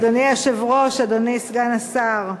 אדוני היושב-ראש, אדוני סגן השר,